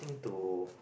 to